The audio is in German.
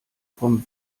vom